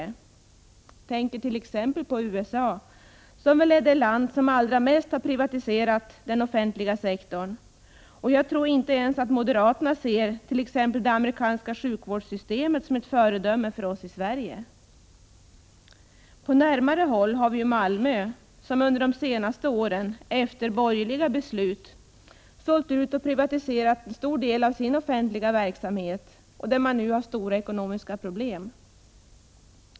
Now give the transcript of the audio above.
Jag tänker t.ex. på USA, som väl är det land som har privatiserat allra mest. Jag tror att inte ens moderaterna ser t.ex. det amerikanska sjukvårdssystemet som ett föredöme för oss i Sverige. Vi har Malmö på närmare håll, där man under de senaste åren efter borgerliga beslut har sålt ut och privatiserat stora delar av den offentliga verksamheten och där man nu har stora ekonomiska problem.